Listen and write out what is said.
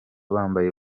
bambaye